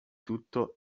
tutto